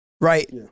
Right